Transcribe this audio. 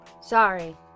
sorry